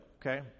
Okay